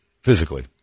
Physically